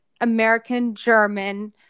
American-German